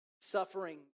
Suffering